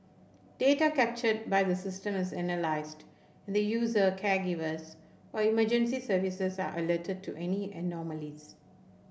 data captured by the systems analysed and user caregivers or emergency services are alerted to any anomalies